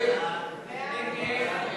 ההסתייגות של קבוצת סיעת יש עתיד,